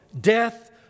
death